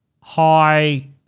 high